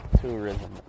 tourism